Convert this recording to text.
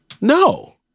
No